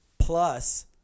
Plus